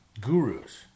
gurus